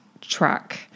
track